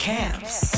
Camps